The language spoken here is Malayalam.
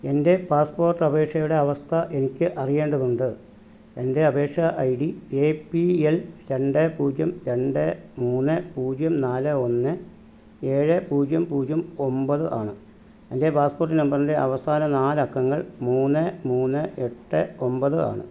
എൻ്റെ പാസ്പോർട്ട് അപേക്ഷയുടെ അവസ്ഥ എനിക്ക് അറിയേണ്ടതുണ്ട് എൻ്റെ അപേക്ഷ I D A P L രണ്ട് പൂജ്യം രണ്ട് മൂന്ന് പൂജ്യം നാല് ഒന്ന് ഏഴ് പൂജ്യം പൂജ്യം ഒമ്പത് ആണ് എൻ്റെ പാസ്പോർട്ട് നമ്പറിൻ്റെ അവസാന നാല് അക്കങ്ങൾ മൂന്ന് മൂന്ന് എട്ട് ഒമ്പത് ആണ്